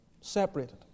Separated